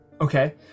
okay